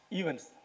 events